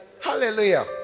Hallelujah